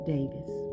Davis